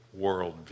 worldview